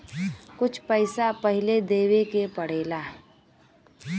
कुछ पैसा पहिले देवे के पड़ेला